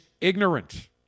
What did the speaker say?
ignorant